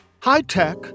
High-tech